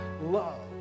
love